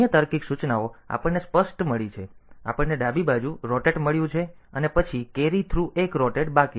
અન્ય તાર્કિક સૂચનાઓ આપણને સ્પષ્ટ મળી છે આપણને ડાબી બાજુ રોટેટ મળ્યું છે અને પછી કૅરી થ્રુ એક રોટેટ બાકી છે